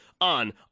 on